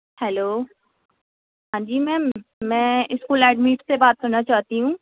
hello ہاں جی ma'am میں اسکول ایڈمیٹ سے بات کرنا چاہتی ہوں